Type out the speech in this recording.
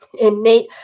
innate